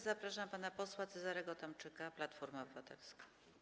Zapraszam pana posła Cezarego Tomczyka, Platforma Obywatelska.